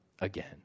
again